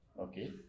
Okay